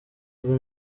rwe